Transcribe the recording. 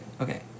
okay